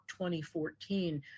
2014